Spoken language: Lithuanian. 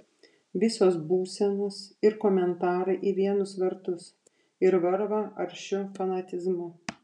visos būsenos ir komentarai į vienus vartus ir varva aršiu fanatizmu